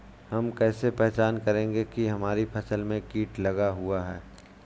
हम कैसे पहचान करेंगे की हमारी फसल में कीट लगा हुआ है?